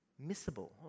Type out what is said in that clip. missable